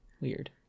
Weird